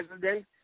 president